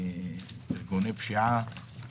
ארגוני פשיעה,